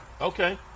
Okay